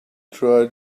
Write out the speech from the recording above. try